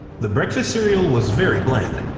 the breakfast cereal was very bland.